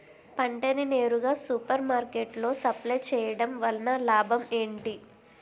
పంట ని నేరుగా సూపర్ మార్కెట్ లో సప్లై చేయటం వలన లాభం ఏంటి?